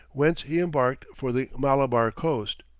whence he embarked for the malabar coast.